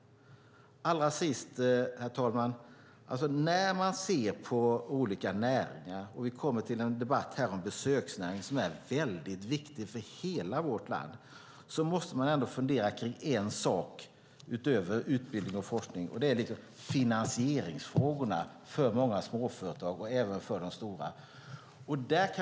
Låt mig avslutningsvis, herr talman, säga att när man ser på olika näringar - vi kommer snart till en debatt om besökningsnäringen, som är mycket viktig för hela vårt land - måste man, utöver utbildning och forskning, också fundera på finansieringsfrågorna för småföretag och även för stora.